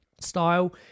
style